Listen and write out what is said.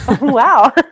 Wow